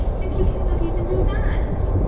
and he cannot even do that.